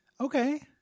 Okay